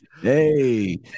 hey